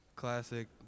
Classic